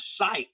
sight